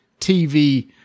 TV